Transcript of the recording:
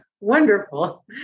wonderful